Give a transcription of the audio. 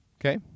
Okay